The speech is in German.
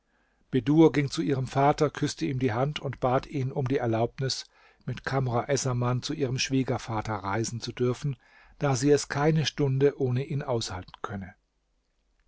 ging zu ihrem vater küßte ihm die hand und bat ihn um die erlaubnis mit kamr essaman zu ihrem schwiegervater reisen zu dürfen da sie es keine stunde ohne ihn aushalten könne